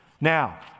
Now